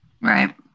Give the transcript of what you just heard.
Right